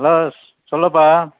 hello சொல்லுப்பா